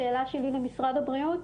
השאלה שלי למשרד הבריאות,